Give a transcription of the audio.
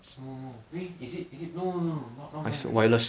no no no eh is it is it no no no no not not